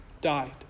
died